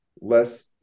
less